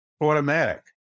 automatic